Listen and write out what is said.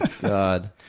god